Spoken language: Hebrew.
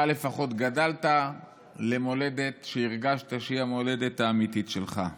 לפחות גדלת במולדת שהרגשת שהיא המולדת האמיתית שלך.